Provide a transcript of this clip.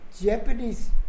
Japanese